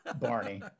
Barney